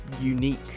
unique